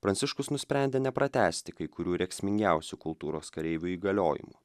pranciškus nusprendė nepratęsti kai kurių rėksmingiausių kultūros kareivių įgaliojimų